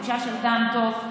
גם תחושה של טעם טוב.